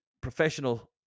professional